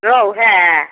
रेहु हइ